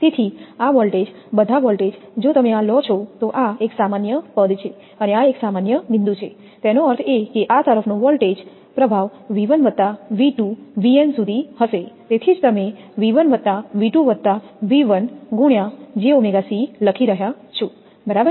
તેથી આ વોલ્ટેજ બધા વોલ્ટેજ જો તમે આ લો છો તો આ એક સામાન્ય પદ છે અને આ એક સામાન્ય બિંદુ છે તેનો અર્થ એ કે આ તરફનો વોલ્ટેજ પ્રભાવ 𝑉1 𝑉2 𝑉𝑛 સુધી હશે તેથી જ તમે 𝑉1 𝑉2 ⋯𝑉𝑛 ×𝑗𝜔𝑘c લખી રહ્યા છો બરાબર